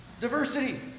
Diversity